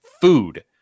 food